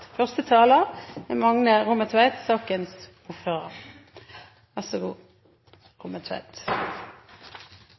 Første taler er Torstein Rudihagen – for sakens ordfører.